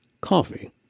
coffee